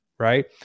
Right